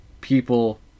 people